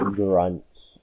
grunts